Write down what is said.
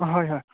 হয় হয়